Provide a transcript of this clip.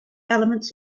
elements